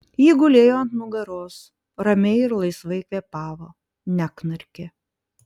ji gulėjo ant nugaros ramiai ir laisvai kvėpavo neknarkė